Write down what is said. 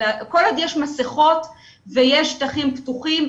כל עוד יש מסכות ויש שטחים פתוחים,